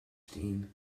steam